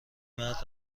مرد